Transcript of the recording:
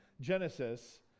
Genesis